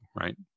right